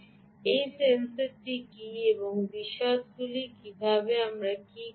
এই সেন্সরটি কী এর বিশদগুলি কী আমরা এটি কীভাবে করব